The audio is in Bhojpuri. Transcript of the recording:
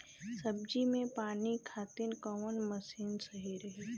सब्जी में पानी खातिन कवन मशीन सही रही?